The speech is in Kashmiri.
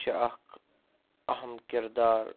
چھِ اَکھ اَہم کِردار